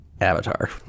Avatar